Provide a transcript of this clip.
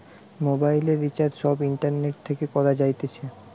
মোবাইলের রিচার্জ সব ইন্টারনেট থেকে করা যাইতেছে